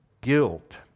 guilt